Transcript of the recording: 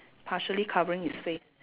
partially covering his face